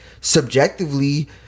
Subjectively